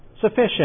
Sufficient